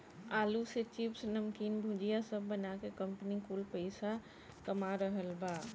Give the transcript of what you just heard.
आलू से चिप्स, नमकीन, भुजिया सब बना के कंपनी कुल पईसा कमा रहल बा